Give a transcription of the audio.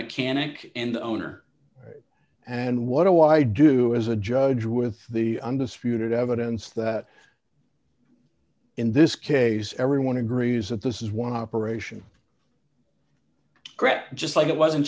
mechanic and the owner and what do i do as a judge with the undisputed evidence that in this case everyone agrees that this is one operation greg just like it was